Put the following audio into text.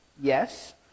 Yes